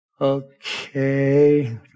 Okay